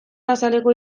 azaleko